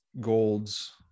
gold's